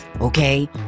okay